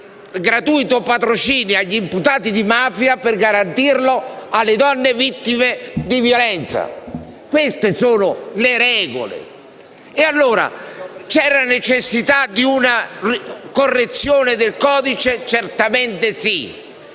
gratuito patrocinio agli imputati di mafia per garantirlo alle donne vittime di violenza. Queste sono le regole. C'era allora la necessità di una correzione del codice? Certamente sì.